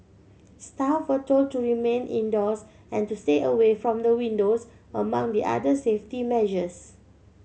staff were told to remain indoors and to stay away from the windows among the other safety measures